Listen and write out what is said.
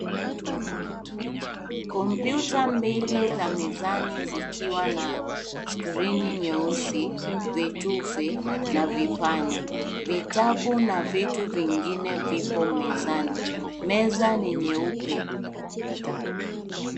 Kompyuta mbili za mezani zikiwa na skrini nyeusi, vitufe na vipanya. Vitabu na vitu vingine vipo mezani. Meza ni nyeupe.